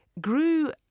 grew